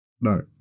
No